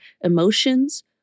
Emotions